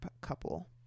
couple